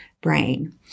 brain